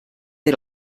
era